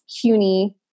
CUNY